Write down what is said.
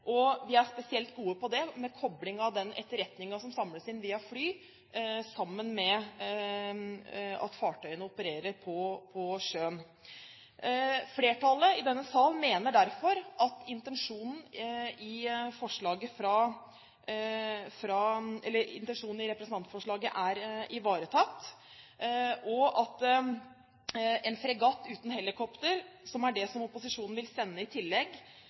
Og vi er spesielt gode på kobling av den etterretningen som samles inn via fly, sammen med at fartøyene opererer på sjøen. Flertallet i denne sal mener derfor at intensjonen i representantforslaget er ivaretatt, og at en fregatt uten helikopter, som er det som opposisjonen vil sende i tillegg,